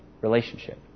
relationship